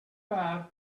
have